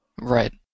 Right